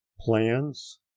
plans